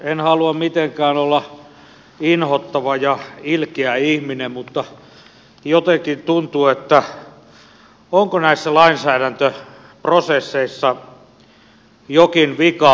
en halua mitenkään olla inhottava ja ilkeä ihminen mutta jotenkin tuntuu että onko näissä lainsäädäntöprosesseissa jokin vika